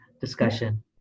discussion